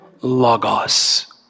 logos